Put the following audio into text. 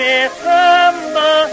December